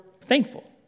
thankful